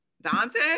Dante